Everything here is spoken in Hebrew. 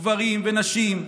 גברים ונשים,